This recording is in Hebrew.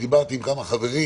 כשדיברתי עם כמה חברים